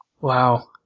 Wow